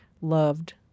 loved